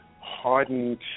hardened